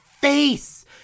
face